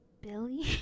billy